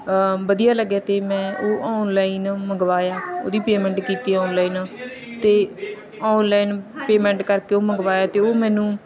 ਵਧੀਆ ਲੱਗਿਆ ਅਤੇ ਮੈਂ ਉਹ ਔਨਲਾਈਨ ਮੰਗਵਾਇਆ ਉਹਦੀ ਪੇਮੈਂਟ ਕੀਤੀ ਔਨਲਾਈਨ ਅਤੇ ਔਨਲਾਈਨ ਪੇਮੈਂਟ ਕਰਕੇ ਉਹ ਮੰਗਵਾਇਆ ਅਤੇ ਉਹ ਮੈਨੂੰ